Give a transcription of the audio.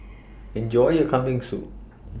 Enjoy your Kambing Soup